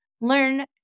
learn